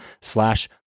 slash